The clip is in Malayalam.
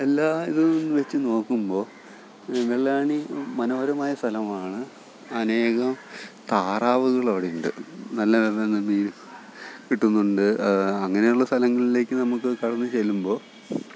എല്ലായിതും വെച്ച് നോക്കുമ്പോൾ വെള്ളായണി മനോഹരമായ സ്ഥലമാണ് അനേകം താറാവുകൾ അവിടെയുണ്ട് നല്ല നല്ല മീൽസ് കിട്ടുന്നുണ്ട് അങ്ങനെയുള്ള സ്ഥലങ്ങളിലേക്ക് നമുക്ക് കടന്ന് ചെല്ലുമ്പോൾ